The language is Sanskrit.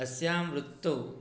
अस्यां वृत्तौ